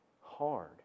hard